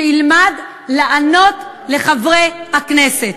שילמד לענות לחברי הכנסת.